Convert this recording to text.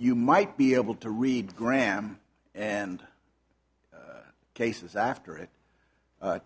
you might be able to read graham and cases after it